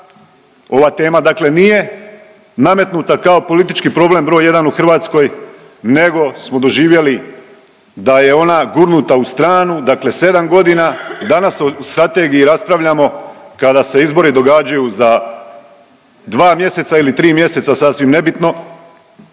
dakle nije nametnuta kao politički problem br. 1. u Hrvatskoj nego smo doživjeli da je ona gurnuta u stranu, dakle 7.g., danas o strategiji raspravljamo kada se izbori događaju za dva mjeseca ili tri mjeseca, sasvim nebitno,